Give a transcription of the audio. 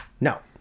No